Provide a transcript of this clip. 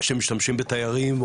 שמשתמשים בתיירים?